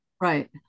Right